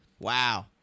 Wow